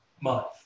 month